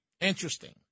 Interesting